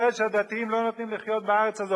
שהדתיים לא נותנים לחיות בארץ הזאת.